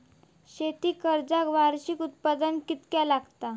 शेती कर्जाक वार्षिक उत्पन्न कितक्या लागता?